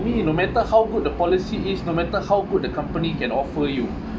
me no matter how good the policy is no matter how good the company can offer you